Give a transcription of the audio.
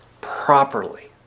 Properly